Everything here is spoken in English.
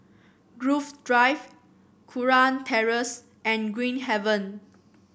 Grove Drive Kurau Terrace and Green Haven